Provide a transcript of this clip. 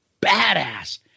Badass